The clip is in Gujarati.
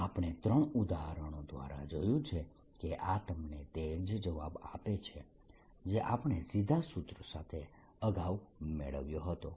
અને આપણે ત્રણ ઉદાહરણો દ્વારા જોયું છે કે આ તમને તે જ જવાબ આપે છે જે આપણે સીધા સૂત્ર સાથે અગાઉ મેળવ્યો હતો